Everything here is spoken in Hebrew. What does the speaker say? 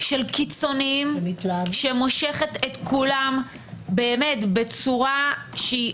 של קיצוניים שמושכת את כולם בצורה שהיא